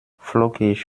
flockig